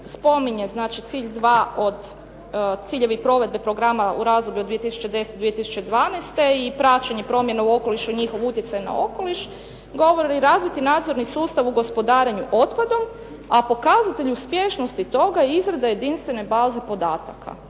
2 od, ciljevi provedbe programa u razdoblju od 2010.-2012. i praćenje promjena u okolišu, i njihov utjecaj na okoliš govoriti razviti nadzorni sustav u gospodarenju otpadom a pokazatelj uspješnosti toga je izrada jedinstvene baze podataka.